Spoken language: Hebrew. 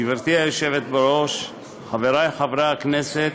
גברתי היושבת-ראש, חברי חברי הכנסת,